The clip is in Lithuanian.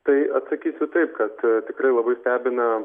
tai atsakysiu taip kad tikrai labai stebina